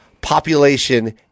population